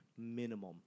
Minimum